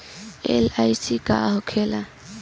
LIC का होला?